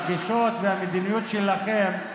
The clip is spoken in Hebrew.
הגישות והמדיניות שלכם,